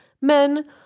men